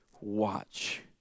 watch